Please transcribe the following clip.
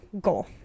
goal